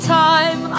time